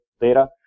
data